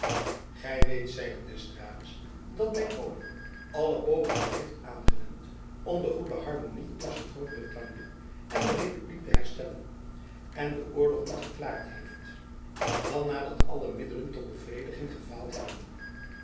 zeide d'estrades dat mijn koning jacob van lennep elizabeth musch alle pogingen heeft aangewend om de goede harmony tusschen grootbrittanje en de republiek te herstellen en den oorlog niet verklaard heeft dan na dat alle middelen tot bevrediging gefaald hadden